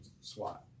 Swat